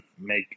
make